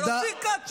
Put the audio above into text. אבל אופיר כץ,